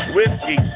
Whiskey